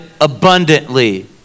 abundantly